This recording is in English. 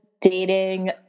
dating